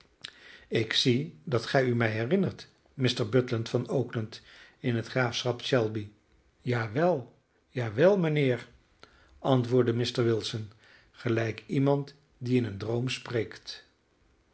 ik zie dat gij u mij herinnert mr butler van oakland in het graafschap shelby ja wel ja wel mijnheer antwoordde mr wilson gelijk iemand die in een droom spreekt